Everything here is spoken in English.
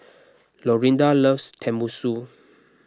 Lorinda loves Tenmusu